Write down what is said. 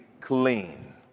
clean